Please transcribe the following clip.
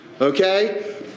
Okay